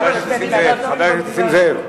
חבר הכנסת נסים זאב.